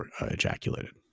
ejaculated